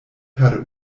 per